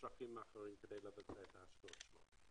לבצע את ההשקעות.